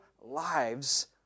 lives